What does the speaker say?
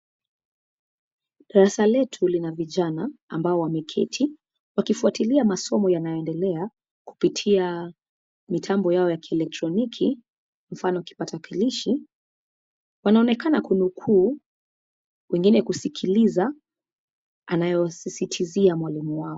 Darasa letu lina vijana ambao wameketi, wakifuatilia masomo yanayoendela kupitia mitambo yao ya kieletroniki mfano kipatakilishi. Wanaonekana kunukuu, wengine kusikiliza anayosititizia mwalimu wao.